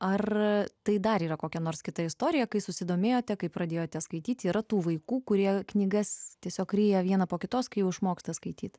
ar tai dar yra kokia nors kita istorija kai susidomėjote kai pradėjote skaityti yra tų vaikų kurie knygas tiesiog ryja vieną po kitos kai išmoksta skaityti